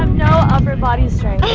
no upper body strength.